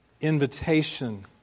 invitation